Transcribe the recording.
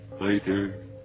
later